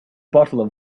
bottle